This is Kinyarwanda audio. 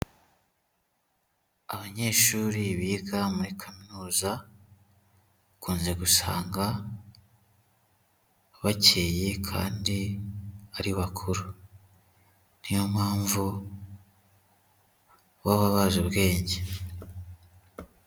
Abanyeshuri biga muri kaminuza, ukunze gusanga bakeye kandi ari bakuru. Niyo mpamvu baba bazi ubwenge.